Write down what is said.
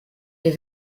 les